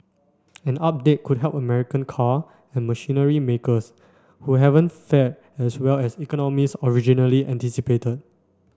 an update could help American car and machinery makers who haven't fared as well as economists originally anticipated